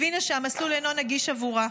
הבינה שהמסלול אינו נגיש עבורה.